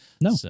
No